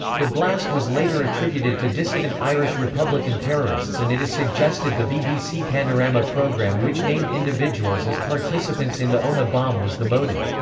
the blast was later attributed to dissident irish republican terrorists and it is suggested the bbc panorama programme which named individuals as participants in the omagh bomb was the motive.